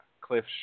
Cliff